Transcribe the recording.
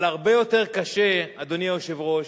אבל הרבה יותר קשה, אדוני היושב-ראש,